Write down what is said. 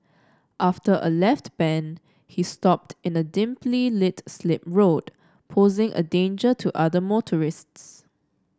after a left bend he stopped in a dimly lit slip road posing a danger to other motorists